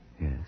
Yes